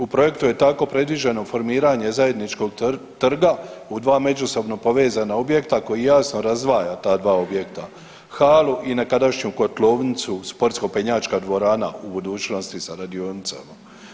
U projektu je tako predviđeno formiranje zajedničkog trga u dva međusobno povezana objekta koji jasno razdvaja ta dva objekta, halu i nekadašnju kotlovnicu sportsko penjačka dvorana u budućnosti sa radionicama.